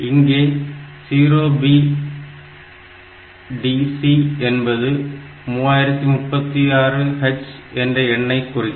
இங்கே 0BDC என்பது 3036 H என்ற எண்ணை குறிக்கும்